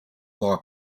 law